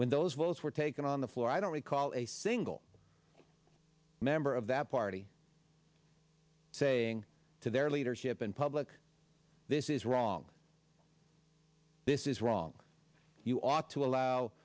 votes were taken on the floor i don't recall a single member of that party saying to their leadership in public this is wrong this is wrong you ought to allow